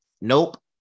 Nope